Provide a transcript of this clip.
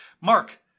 Mark